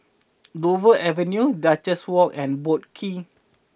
Dover Avenue Duchess Walk and Boat Quay